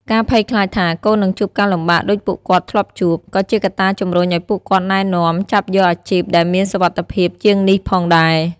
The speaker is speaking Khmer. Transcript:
ការភ័យខ្លាចថា កូននឹងជួបការលំបាកដូចពួកគាត់ធ្លាប់ជួប ក៏ជាកត្តាជំរុញឱ្យពួកគាត់ណែនាំចាប់យកអាជីពដែលមានសុវត្ថិភាពជាងនេះផងដែរ។